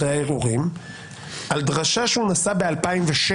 אחרי האירועים, על דרשה שהוא נשא ב-2007.